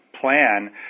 plan